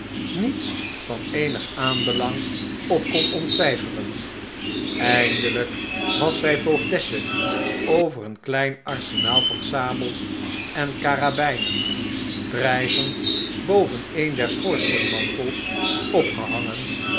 niets van eenig aanbelang op kon ontcijferen eindelijk was zij voogdesse over een klein arsenaal van sabels en karabijnen dreigend boven een der schoorsteenmantels opgehangen